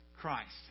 christ